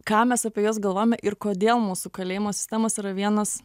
ką mes apie juos galvojame ir kodėl mūsų kalėjimo sistemos yra vienas